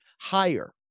higher